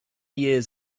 years